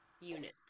unit